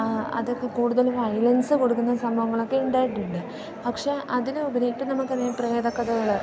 അതൊക്കെ കൂടുതൽ വയലൻസ് കൊടുക്കുന്ന സംഭവങ്ങളൊക്കെ ഉണ്ടായിട്ടുണ്ട് പക്ഷെ അതിന് ഉപരിയായിട്ട് നമുക്കതിനെ പ്രേതക്കഥകൾ